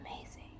amazing